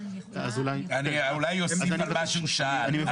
אני אולי אוסיף על מה שהוא שאל.